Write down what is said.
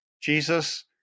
Jesus